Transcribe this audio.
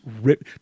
rip